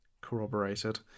corroborated